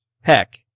heck